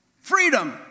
freedom